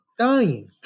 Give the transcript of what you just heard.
dying